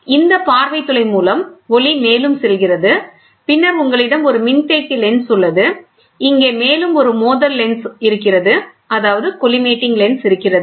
எனவே இந்த பார்வை துளை மூலம் ஒளி மேலும் செல்கிறது பின்னர் உங்களிடம் ஒரு மின்தேக்கி லென்ஸ் உள்ளது இங்கே மேலும் ஒரு மோதல் லென்ஸ் இருக்கிறது